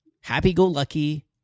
happy-go-lucky